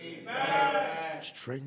Strength